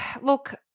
look